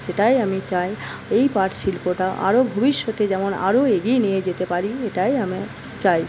সেটাই আমি চাই এই পাটশিল্পটা আরও ভবিষ্যতে যেমন আরও এগিয়ে নিয়ে যেতে পারি এটাই আমি চাই